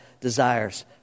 desires